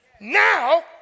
Now